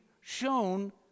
shown